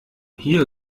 hier